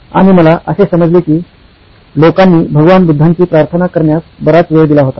आणि मला असे समजले की लोकांनी भगवान बुद्धांची प्रार्थना करण्यास बराच वेळ दिला होता